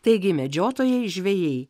taigi medžiotojai žvejai